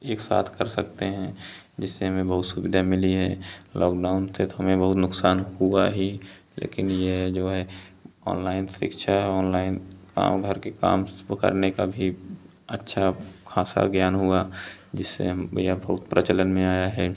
एक साथ कर सकते हैं जिससे हमें बहुत सुविधा मिली है लोकडाउन से तो हमें बहुत नुक़सान हुआ ही लेकिन यह है जो है ऑनलाइन शिक्षा है ओनलाइन गाँव घर के काम को करने का भी अच्छा ख़ासा ज्ञान हुआ जिसे यह ख़ूब प्रचलन में आया है